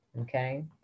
okay